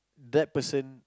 that person